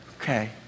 Okay